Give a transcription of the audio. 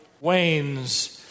wanes